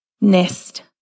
nest